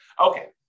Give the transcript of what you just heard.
Okay